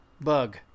Bug